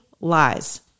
lies